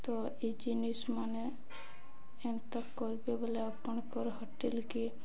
ତ ଏଇ ଜିନିଷ୍ ମାନେ ଏନ୍ତା କରିବେ ବୋଲେ ଆପଣଙ୍କର ହୋଟେଲ୍ କି